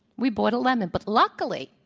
we bought a lemon. but luckily,